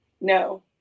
No